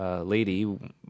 lady